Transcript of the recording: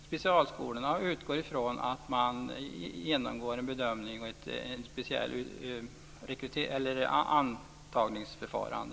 Specialskolorna utgår ifrån att man genomgår en bedömning och har ett speciellt antagningsförfarande.